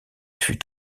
fut